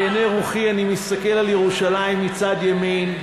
בעיני רוחי אני מסתכל על ירושלים מצד ימין,